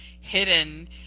hidden